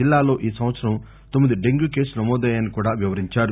జిల్లాలో ఈ సంవత్పరం తొమ్మిది డెంగ్యూ కేసులు నమోదయ్యాయని అన్నారు